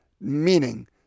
meaning